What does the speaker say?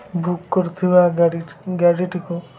book କରିଥିବା ଗାଡ଼ି ଗାଡ଼ିଟିକୁ